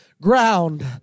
ground